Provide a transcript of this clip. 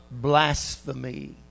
blasphemy